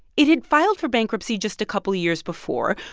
it had filed for bankruptcy just a couple of years before.